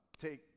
take